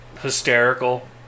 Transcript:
hysterical